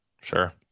Sure